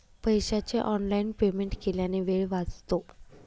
पैशाचे online payment केल्याने वेळ वाचतो